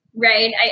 right